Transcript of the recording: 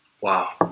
Wow